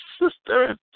sister